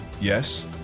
Yes